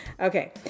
Okay